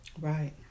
Right